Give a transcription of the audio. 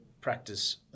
practice